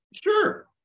Sure